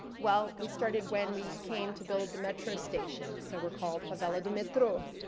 well, we started when we came to build the metro station, so we're called favela do metro.